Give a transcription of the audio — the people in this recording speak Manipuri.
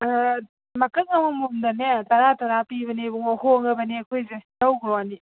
ꯑꯥ ꯃꯀꯛ ꯑꯃꯃꯝꯗꯅꯦ ꯇꯔꯥ ꯇꯔꯥ ꯄꯤꯕꯅꯦ ꯏꯕꯨꯡꯉꯣ ꯍꯣꯡꯉꯕꯅꯦ ꯑꯩꯈꯣꯏꯁꯦ ꯂꯧꯈ꯭ꯔꯣ ꯑꯅꯤ